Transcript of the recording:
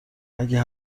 اگه